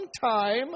time